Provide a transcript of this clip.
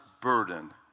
burden